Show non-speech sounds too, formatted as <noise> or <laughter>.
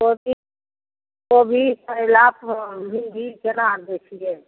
कोबी कोभी <unintelligible> केना आर दै छियै